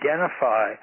identify